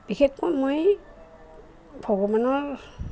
বিশেষকৈ মই ভগৱানৰ